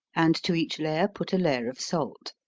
and to each layer put a layer of salt.